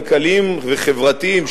כלכליים וחברתיים,